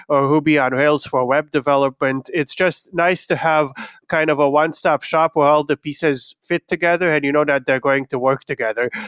or ruby on rails for web developer. and it's just nice to have have kind of a one-stop shop where all the pieces fit together and you know that they're going to work together.